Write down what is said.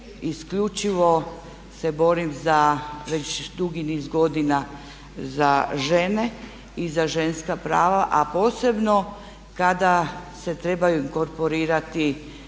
isključivo se borim za već dugi niz godina za žene i za ženska prava a posebno kada se trebaju korporirati